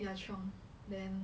ya chiong then